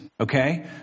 okay